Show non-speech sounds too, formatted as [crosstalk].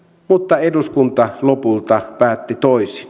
mutta eduskunta lopulta päätti toisin [unintelligible]